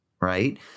right